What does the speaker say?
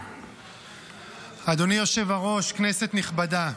אדוני היושב-ראש, כנסת נכבדה,